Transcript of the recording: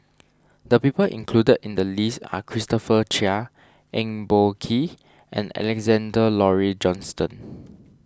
the people included in the list are Christopher Chia Eng Boh Kee and Alexander Laurie Johnston